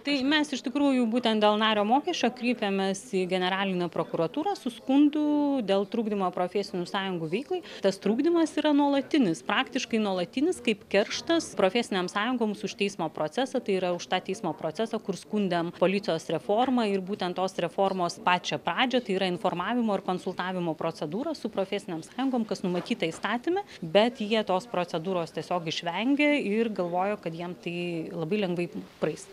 tai mes iš tikrųjų būtent dėl nario mokesčio kreipiamės į generalinę prokuratūrą su skundu dėl trukdymo profesinių sąjungų veiklai tas trukdymas yra nuolatinis praktiškai nuolatinis kaip kerštas profesinėms sąjungoms už teismo procesą tai yra už tą teismo procesą kur skundėm policijos reformą ir būtent tos reformos pačią pradžią tai yra informavimo ir konsultavimo procedūros su profesinėm sąjungom kas numatyta įstatyme bet jie tos procedūros tiesiog išvengia ir galvojo kad jiem tai labai lengvai praeis